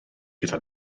gyda